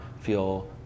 feel